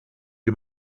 you